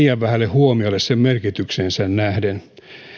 huomiolle sen merkitykseen nähden